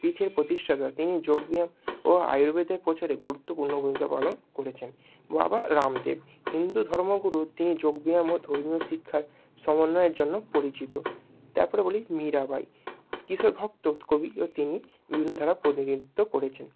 পীঠের প্রতিষ্ঠাতা তিনি যোগব্যায়াম ও আয়ুর্বেদের প্রচারে গুরুত্বপূর্ণ ভূমিকা পালন করেছেন বাবা রামদেব হিন্দু ধর্মগুরু তিনি যোগব্যায়াম ও ধর্মীয় শিক্ষার সমন্বয়ের জন্য পরিচিত তার পরে বলি মীরাবাঈ কৃষ্ণের ভক্ত কবি ও তিনি বিভিন্ন ধারার প্রতিনিধিত্ব করেছেন